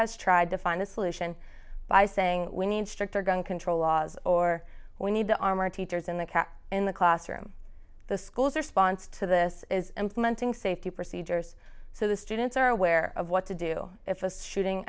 has tried to find a solution by saying we need stricter gun control laws or we need to arm our teachers in the cat in the classroom the schools are sponsored to this is implementing safety procedures so the students are aware of what to do if was shooting